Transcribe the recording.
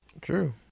True